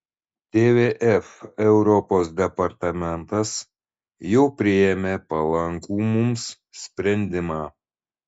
tvf europos departamentas jau priėmė palankų mums sprendimą